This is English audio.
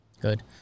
Good